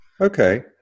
Okay